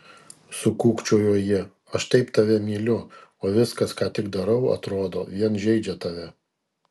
sukūkčiojo ji aš taip tave myliu o viskas ką tik darau atrodo vien žeidžia tave